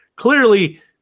Clearly